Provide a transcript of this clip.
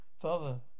Father